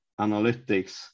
analytics